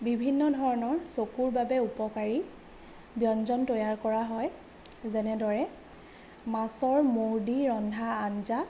বিভিন্ন ধৰণৰ চকুৰ বাবে উপকাৰী ব্যঞ্জন তৈয়াৰ কৰা হয় যেনেদৰে মাছৰ মৌ দি ৰন্ধা আঞ্জা